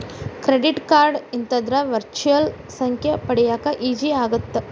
Credit card ಇತ್ತಂದ್ರ virtual ಸಂಖ್ಯೆ ಪಡ್ಯಾಕ ಈಜಿ ಆಗತ್ತ?